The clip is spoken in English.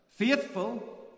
Faithful